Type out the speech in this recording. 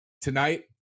tonight